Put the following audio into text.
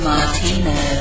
Martino